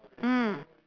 mm